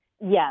Yes